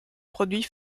produit